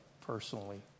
personally